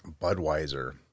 Budweiser